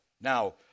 Now